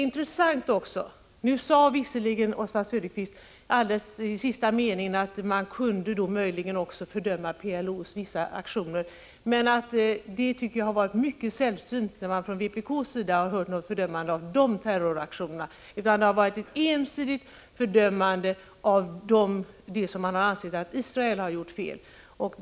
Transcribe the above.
Nu sade visserligen Oswald Söderqvist i sista meningarna av sitt inlägg att man möjligen också kunde fördöma vissa aktioner av PLO, men fördömanden från vpk av de terroraktionerna har varit mycket sällsynta; det har varit ensidiga fördömanden av de fel som man har ansett att Israel har begått.